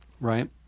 right